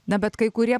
na bet kai kurie